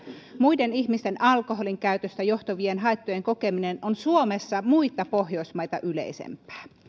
muiden ihmisten alkoholinkäytöstä johtuvien haittojen kokeminen on suomessa muita pohjoismaita yleisempää